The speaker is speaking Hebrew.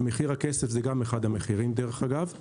מחיר הכסף זה גם אחד המחירים, דרך אגב.